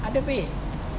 underpaid